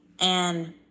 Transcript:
And-